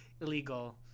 illegal